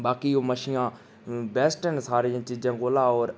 बाकी ओह् मच्छियां बेस्ट न सारियें चीज़ें कोलां होर